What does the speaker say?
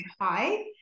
hi